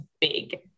big